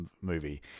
movie